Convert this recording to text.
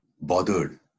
bothered